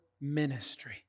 ministry